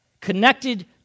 connected